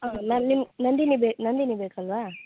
ಹೌದು ಮ್ಯಾಮ್ ನಿಮ್ಮ ನಂದಿನಿ ಬೆ ನಂದಿನಿ ಬೇಕಲ್ವಾ